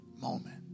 moment